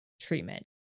treatment